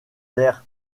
der